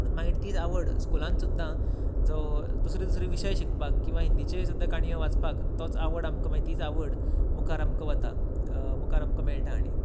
म्हणून मागीर तीच आवड स्कुलांत सुद्दां जो दुसरे विशय शिकपाक किंवा हिंदीचेर सुद्दा काणयो वाचपाक तोच आवड आमकां मागीर तीच आवड मुखार आमकां वता मुखार आमकां मेळटा आनीक